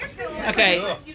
Okay